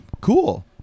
cool